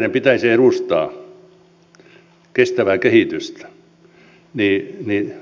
ja kun vihreiden pitäisi edustaa kestävää kehitystä niin